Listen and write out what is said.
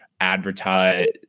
advertise